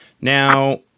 Now